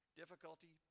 difficulty